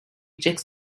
checks